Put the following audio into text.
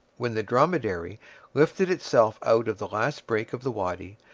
when the dromedary lifted itself out of the last break of the wady,